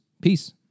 Peace